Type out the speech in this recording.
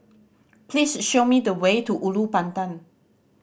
please show me the way to Ulu Pandan